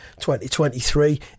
2023